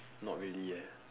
not really eh